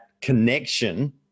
connection